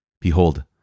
Behold